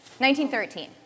1913